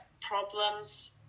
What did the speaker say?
problems